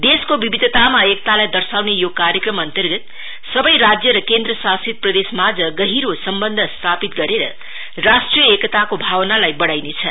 देशको विविधतामा एकतालाई दर्शाउने यो कार्यक्रम अन्तर्गत सबै राज्य र केन्द्र शासित प्रदेशमाझ गहिरो सम्वन्ध स्थापित गरेर राष्ट्रिय एकताको भावनालाई बढ़ाइनेछ